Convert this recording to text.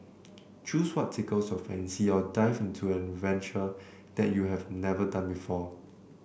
choose what tickles your fancy or dive into an adventure that you have never done before